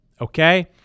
Okay